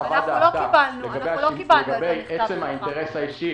לגבי עצם האינטרס האישי